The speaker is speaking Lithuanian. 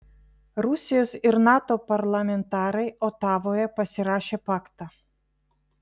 rusijos ir nato parlamentarai otavoje pasirašė paktą